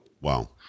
Wow